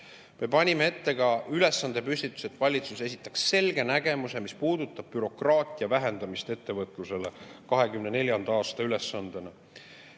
Me panime ette ka ülesandepüstituse, et valitsus esitaks selge nägemuse, mis puudutab bürokraatia vähendamist ettevõtluse jaoks 2024. aasta ülesandena.